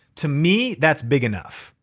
to me, that's big enough.